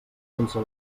sense